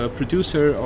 producer